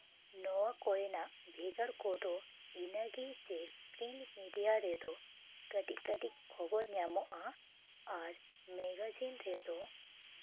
ᱱᱚᱣᱟ ᱠᱚᱨᱮᱱᱟᱜ ᱵᱷᱮᱜᱟᱨ ᱠᱚᱫᱚ ᱤᱱᱟᱹᱜᱮ ᱡᱮ ᱯᱨᱤᱱᱴ ᱢᱤᱰᱤᱭᱟ ᱨᱮᱫᱚ ᱠᱟᱹᱴᱤᱡ ᱠᱟᱹᱴᱤᱡ ᱠᱷᱚᱵᱚᱨ ᱧᱟᱢᱚᱜᱼᱟ ᱟᱨ ᱢᱮᱜᱟᱡᱤᱱ ᱨᱮᱫᱚ